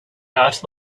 out